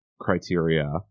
criteria